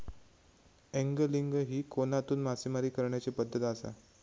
angling ही कोनातून मासेमारी करण्याची पद्धत आसा